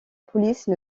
police